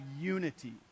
unity